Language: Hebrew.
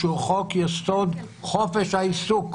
שהוא חוק-יסוד: חופש העיסוק,